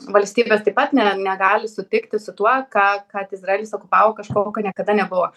valstybės taip pat ne negali sutikti su tuo ką kad izraelis okupavo kažko ko niekada nebuvo